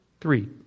Three